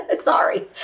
Sorry